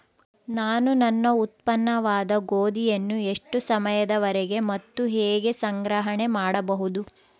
ನಾನು ನನ್ನ ಉತ್ಪನ್ನವಾದ ಗೋಧಿಯನ್ನು ಎಷ್ಟು ಸಮಯದವರೆಗೆ ಮತ್ತು ಹೇಗೆ ಸಂಗ್ರಹಣೆ ಮಾಡಬಹುದು?